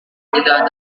tidak